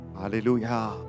Hallelujah